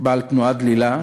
עם תנועה דלילה,